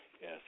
Yes